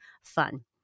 fun